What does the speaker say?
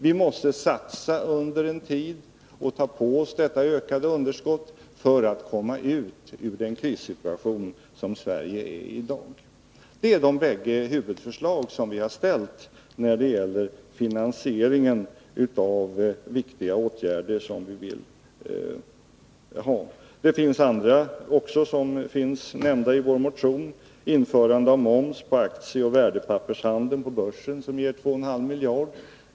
Vi måste satsa under en tid och ta på oss detta ökade underskott för att komma ut ur den krissituation som Sverige i dag befinner sig i. 2 Detta är de bägge huvudförslagen som vi har lagt fram när det gäller finansieringen av viktiga åtgärder. Vår motion innehåller också andra förslag, såsom införande av moms på aktieoch värdepappershandeln på börsen, vilket ger 2,5 miljarder.